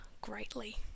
greatly